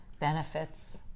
benefits